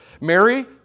Mary